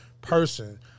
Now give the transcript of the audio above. person